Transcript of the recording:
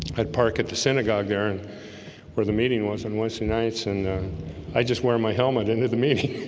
i'd park at the synagogue there and where the meeting was and worst nights and i just wear my helmet into the meeting